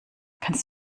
kannst